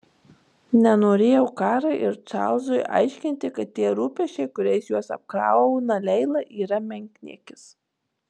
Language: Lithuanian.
nenorėjau karai ir čarlzui aiškinti kad tie rūpesčiai kuriais juos apkrauna leila yra menkniekis